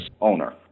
owner